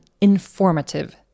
informative